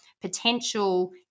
potential